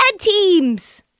teams